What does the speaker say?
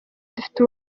dufite